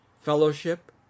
fellowship